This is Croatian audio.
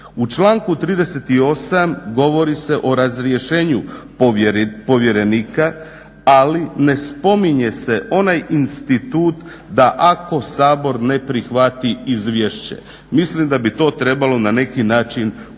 U članku 38.govori se o razrješenju povjerenika, ali ne spominje se onaj institut da ako Sabor ne prihvati izvješće. Mislim da bi to trebalo na neki način ugraditi